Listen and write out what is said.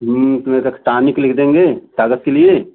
एक टॉनिक लिख देंगे ताकत के लिए